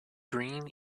green